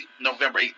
November